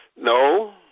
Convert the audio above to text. No